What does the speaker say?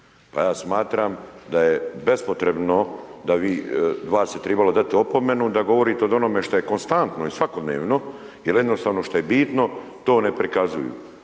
Pa ja smatram da je bespotrebno da vi, vas je trebalo dati opomenu da govorite o onome što je konstanto i svakodnevno, jer jednostavno što je bitno to ne prikazuju,